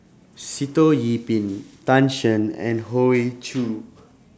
Sitoh Yih Pin Tan Shen and Hoey Choo